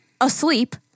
asleep